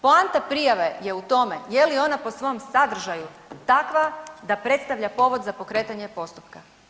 Poanta prijave je u tome je li ona po svom sadržaju takva da predstavlja povod za pokretanje postupka.